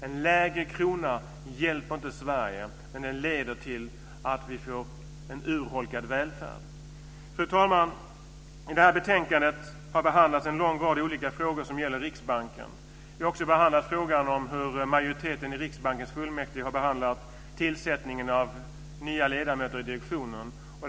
En lägre kronkurs hjälper inte Sverige, utan det leder till att vi får en urholkad välfärd. Fru talman! I det här betänkandet har vi behandlat en lång rad olika frågor som gäller Riksbanken. Vi har också behandlat frågan om hur majoriteten i Riksbankens fullmäktige har behandlat tillsättningen av nya ledamöter i direktionen.